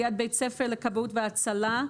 ליד בית ספר לכבאות והצלה,